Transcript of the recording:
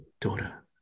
daughter